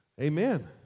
amen